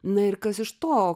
na ir kas iš to